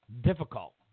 difficult